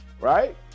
right